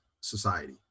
society